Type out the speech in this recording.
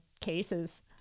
cases